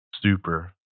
super